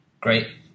Great